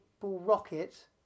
rocket